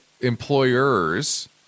employers